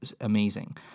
amazing